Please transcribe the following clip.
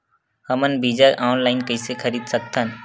हमन बीजा ऑनलाइन कइसे खरीद सकथन?